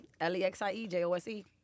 L-E-X-I-E-J-O-S-E